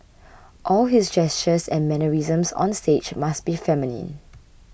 all his gestures and mannerisms on stage must be feminine